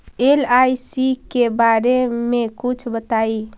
LIC के बारे मे कुछ बताई?